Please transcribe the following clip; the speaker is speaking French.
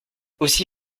aussi